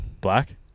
Black